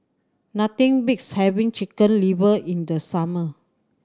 nothing beats having Chicken Liver in the summer